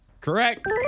Correct